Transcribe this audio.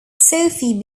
sophie